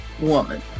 woman